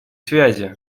связи